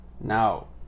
Now